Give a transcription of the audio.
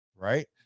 right